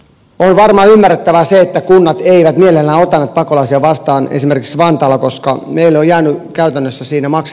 päivänä ymmärrettävää se että kunnat eivät mielellään pakolaisia vastaan esimerkiksi vantaalla koska viljan käytännössä siinä max